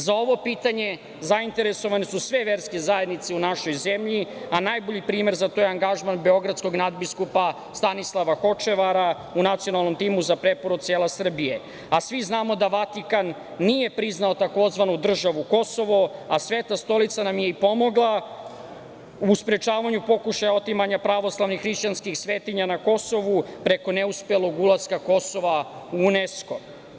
Za ovo pitanje zainteresovane su sve verske zajednice u našoj zemlji, a primer za to je angažman beogradskog nadbiskupa Stanislava Hočevara u Nacionalnom timu za preporod sela Srbije, a svi znamo da Vatikan nije priznao tzv. državu Kosovo, a Sveta stolica nam je i pomogla u sprečavanju pokušaja otimanja pravoslavnih hrišćanskih svetinja na Kosovu preko neuspelog ulaska Kosova u UNESKO.